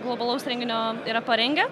globalaus renginio yra parengę